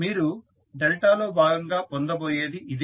మీరు డెల్టా లో భాగంగా పొందబోయేది ఇదే